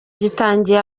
gitangiye